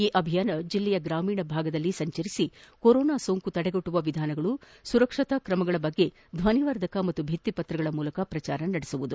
ಈ ಅಭಿಯಾನ ಜಿಲ್ಲೆಯ ಗ್ರಾಮೀಣ ಭಾಗಗಳಲ್ಲಿ ಸಂಚರಿಸಿ ಕೊರೋನಾ ಸೋಂಕು ತಡೆಗಟ್ಟುವ ವಿಧಾನಗಳು ಸುರಕ್ಷತಾ ತ್ರಮಗಳನ್ನು ಧ್ವನಿವರ್ಧಕ ಮತ್ತು ಭಿತ್ತಿಪತ್ರಗಳ ಮೂಲಕ ಪ್ರಚಾರ ಮಾಡಲಿದೆ